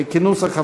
נגד, 61. לא התקבלו.